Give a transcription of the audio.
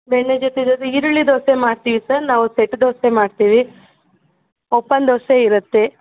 ಬೆಣ್ಣೆ ಜೊತೆ ಜೊತೆಗೆ ಈರುಳ್ಳಿ ದೋಸೆ ಮಾಡ್ತೀವಿ ಸರ್ ನಾವು ಸೆಟ್ ದೋಸೆ ಮಾಡ್ತೀವಿ ಓಪನ್ ದೋಸೆ ಇರುತ್ತೆ